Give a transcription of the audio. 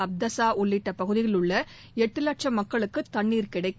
அப்தசா உள்ளிட்ட பகுதியிலுள்ள எட்டு லட்சும் மக்களுக்கு தண்ணீர் கிடைக்கும்